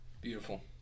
Beautiful